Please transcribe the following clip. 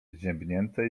zziębnięte